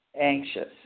anxious